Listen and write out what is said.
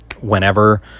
whenever